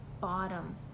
bottom